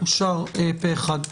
אושר פה אחד.